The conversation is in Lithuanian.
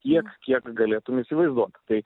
tiek kiek galėtum įsivaizduot tai